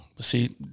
See